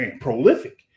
prolific